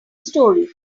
story